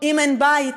אם אין בית,